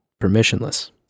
Permissionless